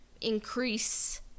increase